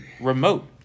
remote